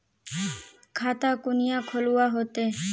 खाता कुनियाँ खोलवा होते?